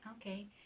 Okay